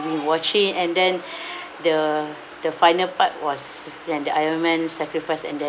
we watch it and then the the final part was then the iron man sacrificed and then